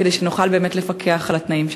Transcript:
כדי שנוכל באמת לפקח על התנאים שם?